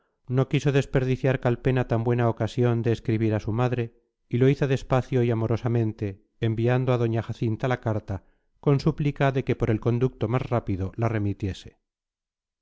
no quiso desperdiciar calpena tan buena ocasión de escribir a su madre y lo hizo despacio y amorosamente enviando a doña jacinta la carta con súplica de que por el conducto más rápido la